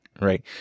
right